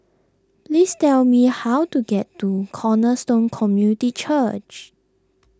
please tell me how to get to Cornerstone Community Church